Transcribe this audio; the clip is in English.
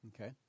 Okay